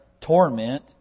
torment